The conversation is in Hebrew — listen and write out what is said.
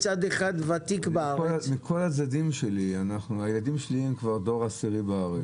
מכל הצדדים שלי, הילדים שלי דור עשירי בארץ.